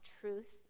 truth